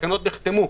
התקנות נחתמו.